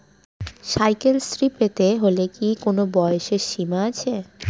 Cycle Shri পেতে হলে কি কোনো বয়সের সীমা আছে?